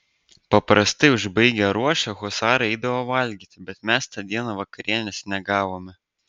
paprastai užbaigę ruošą husarai eidavo valgyti bet mes tą dieną vakarienės negavome